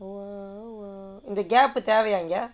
!whoa! !woo! oh இந்த:intha gap தேவையா இங்கே:thevaiyaa ingae